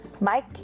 mike